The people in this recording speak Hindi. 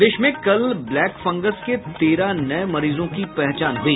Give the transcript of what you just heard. प्रदेश में कल ब्लैक फंगस के तेरह नये मरीजों की पहचान हुई